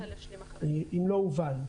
אם זה לא הובן.